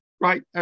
right